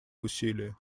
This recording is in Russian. усилия